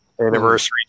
anniversary